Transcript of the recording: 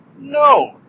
No